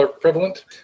prevalent